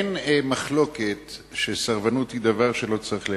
אין מחלוקת שסרבנות היא דבר שלא צריך להיעשות.